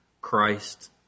Christ